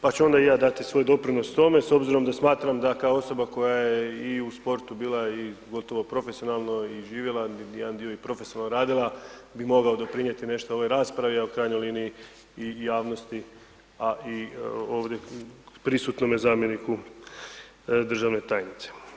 Pa ću onda i ja dati svoj doprinos tome, s obzirom da smatram da kao osoba koja je i u sportu bila i gotovo profesionalno i živjela jedan dio i profesionalno radila bi mogao doprinijeti nešto i u svojoj raspravi a i u krajnjoj liniji i javnosti a i ovdje prisutnome zamjeniku državnoj tajnici.